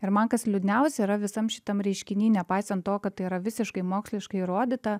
ir man kas liūdniausia yra visam šitam reiškiny nepaisant to kad tai yra visiškai moksliškai įrodyta